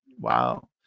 Wow